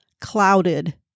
clouded